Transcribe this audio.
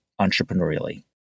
entrepreneurially